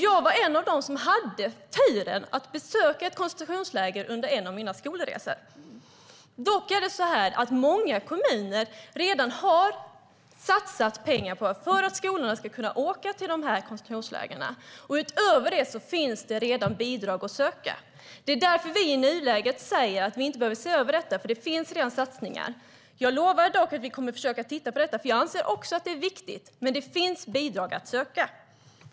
Jag var en av dem som hade turen att få besöka ett koncentrationsläger under en av mina skolresor. Det är dock så att många kommuner redan har satsat pengar för att skolorna ska kunna åka till dessa koncentrationsläger. Utöver det finns det redan bidrag att söka. Det är därför som vi i nuläget säger att vi inte behöver se över detta eftersom det redan har gjorts satsningar. Men jag lovar att vi kommer att försöka titta på detta, eftersom jag också anser att det är viktigt. Men det finns bidrag att söka.